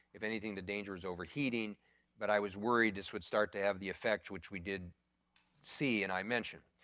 if anything, the danger is overheating but i was worried this would start to have the effects which we did see and i mentioned.